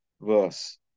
verse